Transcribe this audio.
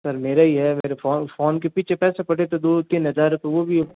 sir मेरा ही है मेरे फोन फोन के पीछे पैसे पड़े थे दो तीन हजार रुपये वो भी है